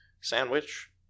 sandwich